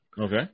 Okay